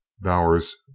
Bowers